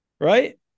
right